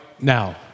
now